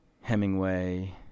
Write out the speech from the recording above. Hemingway